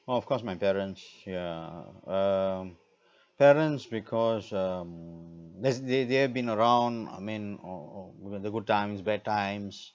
oh of course my parents yeah um parents because um that's they they have been around I mean or or whether good times bad times